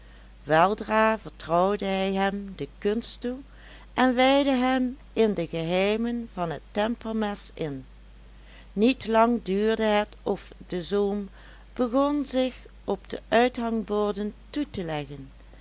weldra vertrouwde hij hem de kunst toe en wijdde hem in de geheimen van het tempermes in niet lang duurde het of de zoom begon zich op de uithangborden toe te leggen